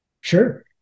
Sure